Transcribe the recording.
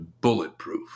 bulletproof